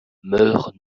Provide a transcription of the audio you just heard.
meurent